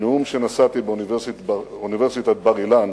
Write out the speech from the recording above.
בנאום שנשאתי באוניברסיטת בר-אילן